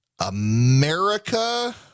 America